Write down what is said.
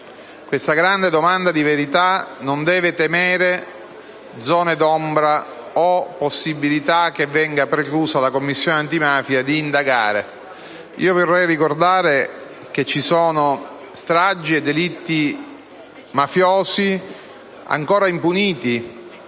Questa grande domanda di verità non deve temere zone d'ombra o possibilità che venga precluso alla Commissione antimafia di indagare. Io vorrei ricordare che ci sono stragi e delitti mafiosi ancora impuniti,